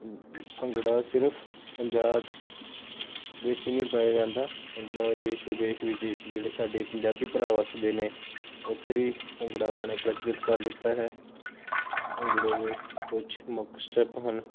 ਭੰਗੜਾ ਸਿਰਫ ਪੰਜਾਬ ਵਿੱਚ ਹੀ ਨਹੀਂ ਪਾਇਆ ਜਾਂਦਾ ਭੰਗੜਾ ਦੇਸ਼ ਵਿਦੇਸ਼ ਵਿੱਚ ਜਿਹੜੇ ਸਾਡੇ ਪੰਜਾਬੀ ਭਰਾ ਵੱਸਦੇ ਨੇ ਉੱਥੇ ਵੀ ਭੰਗੜਾ ਉਹਨਾਂ ਨੇ ਪ੍ਰਚਲਿਤ ਕਰ ਦਿੱਤਾ ਹੈ ਭੰਗੜੇ ਦੇ ਕੁਛ ਮੁੱਖ ਸਟੈੱਪ ਹਨ